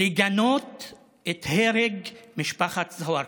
לגנות את הרג משפחת סווארכה,